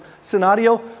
scenario